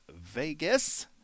Vegas